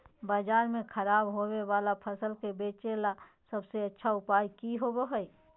बाजार में खराब होबे वाला फसल के बेचे ला सबसे अच्छा उपाय की होबो हइ?